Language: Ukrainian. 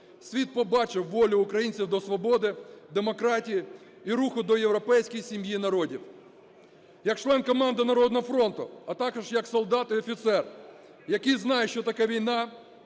Світ побачив волю українців до свободи, демократії і руху до європейської сім'ї народів. Як член команди "Народного фронту", а також як солдат і офіцер, який знає, що таке війна,